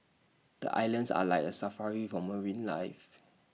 the islands are like A Safari for marine life